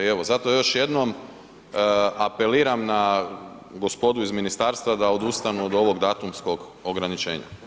I evo zato još jednom apeliram na gospodo iz ministarstva da odustanu od ovog datumskog ograničenja.